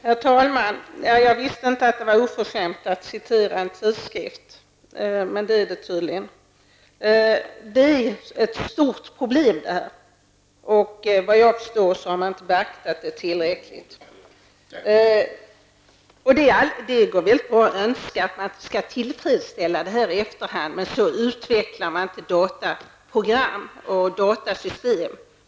Herr talman! Jag visste inte att det var oförskämt att referera en tidsskrift, men det är det tydligen. Det här är ett stort problem, och, såvitt jag förstår, har man inte beaktat det tillräckligt. Det går mycket bra att önska att man skall kunna tillgodose kraven i efterhand, men så utvecklar man inte dataprogram och datasystem.